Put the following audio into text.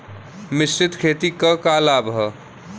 मिश्रित खेती क का लाभ ह?